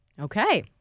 Okay